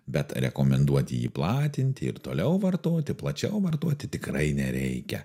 bet rekomenduoti jį platinti ir toliau vartoti plačiau vartoti tikrai nereikia